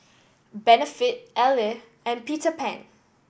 Benefit Elle and Peter Pan